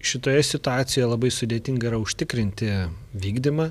šitoje situacijoje labai sudėtinga yra užtikrinti vykdymą